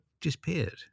disappeared